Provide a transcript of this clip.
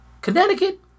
Connecticut